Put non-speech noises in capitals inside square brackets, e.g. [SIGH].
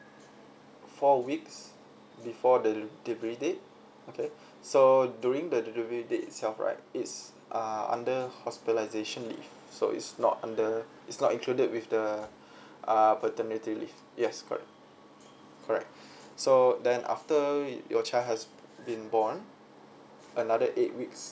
four weeks before the delivery date okay so during the delivery date itself right it's uh under hospitalisation leave so it's not under it's not included with the [BREATH] uh paternity leave yes correct correct [BREATH] so then after your child has been born another eight weeks